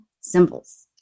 symbols